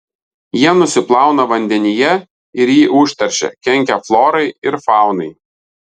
jie nusiplauna vandenyje ir jį užteršia kenkia florai ir faunai